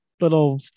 little